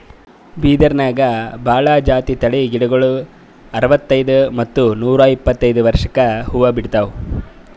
ಬಿದಿರ್ನ್ಯಾಗ್ ಭಾಳ್ ಜಾತಿ ತಳಿ ಗಿಡಗೋಳು ಅರವತ್ತೈದ್ ಮತ್ತ್ ನೂರ್ ಇಪ್ಪತ್ತೈದು ವರ್ಷ್ಕ್ ಹೂವಾ ಬಿಡ್ತಾವ್